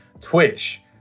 Twitch